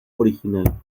original